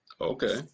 Okay